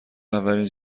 اولین